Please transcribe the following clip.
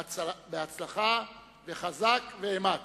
בהצלחה וחזק ואמץ.